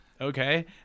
okay